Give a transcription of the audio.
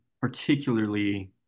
particularly